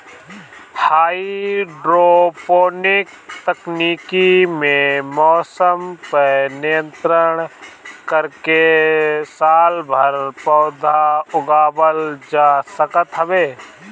hydroponic तकनीकी में मौसम पअ नियंत्रण करके सालभर पौधा उगावल जा सकत हवे